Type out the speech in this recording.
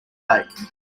lake